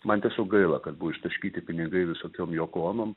man tiesiog gaila kad buvo ištaškyti pinigai visokiom joko onom